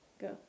go